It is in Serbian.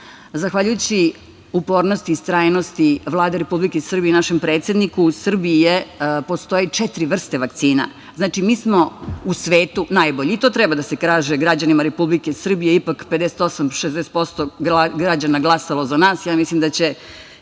vakcina. Zahvaljujući upornosti, istrajnosti Vlade Republike Srbije i našem predsedniku Srbije, postoje četiri vrste vakcina. Mi smo u svetu najbolji i to treba da se kaže građanima Republike Srbije, ipak je 58, 60% građana glasalo za nas, ja mislim da će